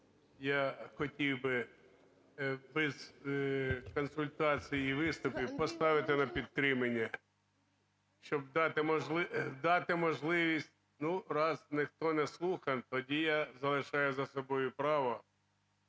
я хотів би без консультацій і виступів поставити на підтримання. Щоб дати можливість, раз ніхто не слухав, тоді я залишаю за собою право